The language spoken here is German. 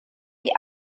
die